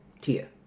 Tia